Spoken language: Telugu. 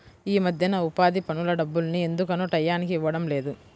యీ మద్దెన ఉపాధి పనుల డబ్బుల్ని ఎందుకనో టైయ్యానికి ఇవ్వడం లేదు